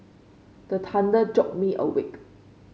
the thunder jolt me awake